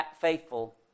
faithful